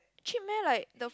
cheap meh like the